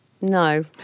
no